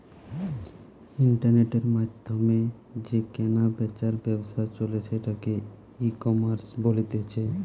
ইন্টারনেটের মাধ্যমে যে কেনা বেচার ব্যবসা চলে সেটাকে ইকমার্স বলতিছে